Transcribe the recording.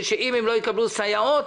שאם הם לא יקבלו סייעות,